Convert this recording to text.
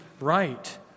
right